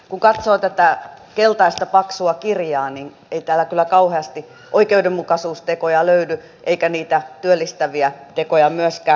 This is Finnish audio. kun katsoo tätä keltaista paksua kirjaa niin ei täällä kyllä kauheasti oikeudenmukaisuustekoja löydy eikä niitä työllistäviä tekoja myöskään